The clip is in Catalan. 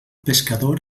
pescador